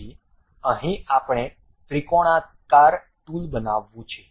તેથી અહીં આપણે ત્રિકોણાકાર ટૂલ બનાવવું છે